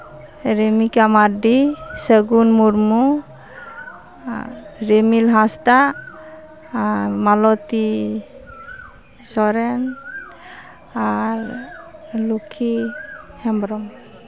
ᱨᱤᱢᱤᱠᱟ ᱢᱟᱨᱰᱤ ᱥᱟᱹᱜᱩᱱ ᱢᱩᱨᱢᱩ ᱨᱤᱢᱤᱞ ᱦᱟᱸᱥᱫᱟ ᱢᱟᱞᱚᱛᱤ ᱥᱚᱨᱮᱱ ᱟᱨ ᱞᱩᱠᱠᱷᱤ ᱦᱮᱢᱵᱨᱚᱢ